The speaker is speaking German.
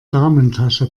damentasche